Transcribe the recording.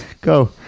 Go